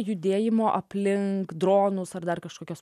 judėjimo aplink dronus ar dar kažkokios